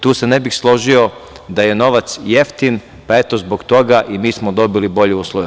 Tu se ne bih složio da je novac jeftin, pa, eto zbog toga i mi smo dobili bolje uslove.